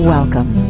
Welcome